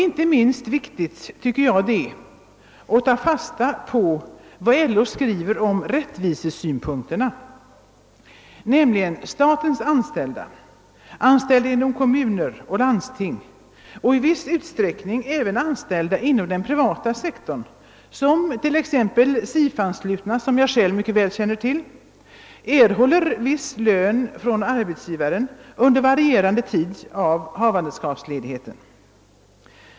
Inte minst viktigt tycker jag det är att ta fasta på vad LO skriver om rättvisesynpunkterna, nämligen att statens anställda, anställda inom kommuner och landsting och i viss utsträckning även anställda inom den privata sektorn — t.ex. SIF-anslutna, som jag själv mycket väl känner till — erhåller viss lön från arbetsgivaren under varierande tid av havandeskapsledigheten.